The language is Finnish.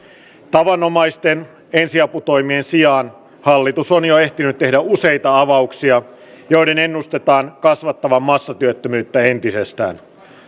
tavanomaisten ensiaputoimien sijaan hallitus on jo ehtinyt tehdä useita avauksia joiden ennustetaan kasvattavan massatyöttömyyttä entisestään